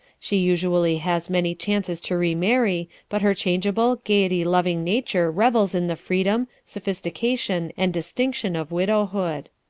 she usually has many chances to remarry but her changeable, gaiety-loving nature revels in the freedom, sophistication and distinction of widowhood.